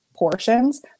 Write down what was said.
portions